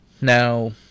now